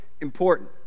important